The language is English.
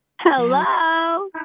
Hello